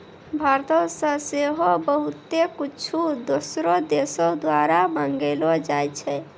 भारतो से सेहो बहुते कुछु दोसरो देशो द्वारा मंगैलो जाय छै